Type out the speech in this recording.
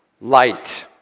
light